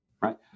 right